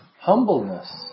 humbleness